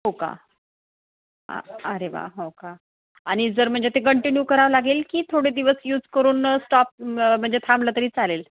हो का अरे वा हो का आणि जर म्हणजे ते कंटिन्यू करावं लागेल की थोडे दिवस यूज करून स्टॉप म्हणजे थांबलं तरी चालेल